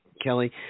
Kelly